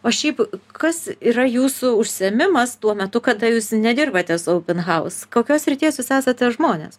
o šiaip kas yra jūsų užsiėmimas tuo metu kada jūs nedirbate su open house kokios srities jūs esate žmonės